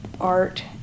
art